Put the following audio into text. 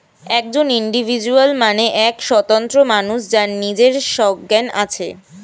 একজন ইন্ডিভিজুয়াল মানে এক স্বতন্ত্র মানুষ যার নিজের সজ্ঞান আছে